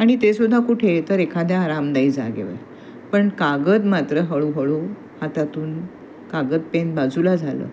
आणि तेसुद्धा कुठे तर एखाद्या आरामदायी जागेवर पण कागद मात्र हळूहळू हातातून कागद पेन बाजूला झालं